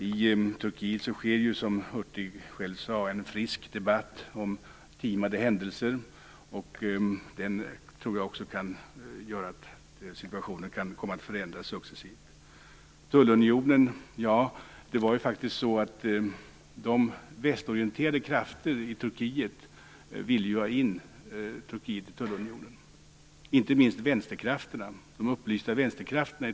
I Turkiet förs, som Hurtig själv sade, en frisk debatt om timade händelser, och den tror jag också gör att situationen kan komma att förändras successivt. När det gäller tullunionen var det faktiskt de västorienterade krafterna i Turkiet som ville ha in landet i tullunionen - inte minst de upplysta vänsterkrafterna.